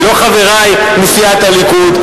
לא חברי מסיעת הליכוד,